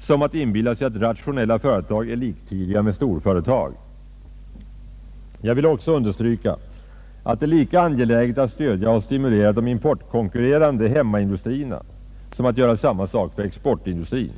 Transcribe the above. som att inbilla sig att rationella företag är liktydigt med storföretag. Jag vill också understryka att det är lika angeläget att stödja och stimulera de importkonkurrerande hemmaindustrierna som att göra samma sak för exportindustrin.